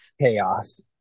Chaos